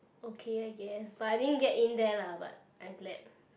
okay I guess but I didn't get in there lah but I'm glad